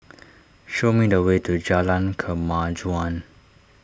show me the way to Jalan Kemajuan